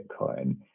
bitcoin